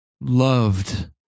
loved